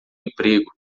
emprego